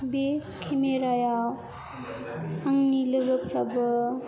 बे केमेरायाव आंनि लोगोफोराबो